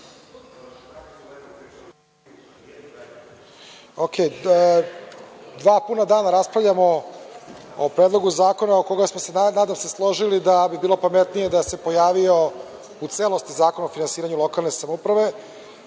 Dva puna dana raspravljamo o Predlogu zakona oko koga smo se, nadam se, složili da bi bilo pametnije da se pojavio u celosti zakon o finansiranju lokalne samouprave.